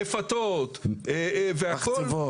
רפתות -- מחצבות.